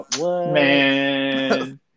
Man